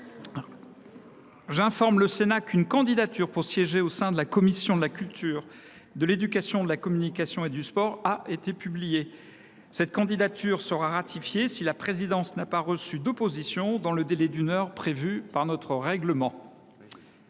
J’informe le Sénat qu’une candidature pour siéger au sein de la commission de la culture, de l’éducation, de la communication et du sport a été publiée. Cette candidature sera ratifiée si la présidence n’a pas reçu d’opposition dans le délai d’une heure prévu par notre règlement.